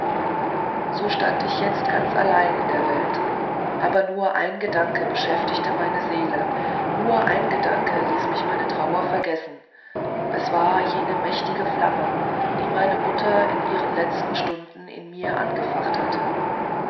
so stand ich jetzt ganz allein in der welt aber nur ein gedanke beschäftigte meine seele nur ein gedanke ließ mich meine trauer vergessen es war jene mächtige flamme die meine mutter in ihrer letzten stunde in mir angefacht hatte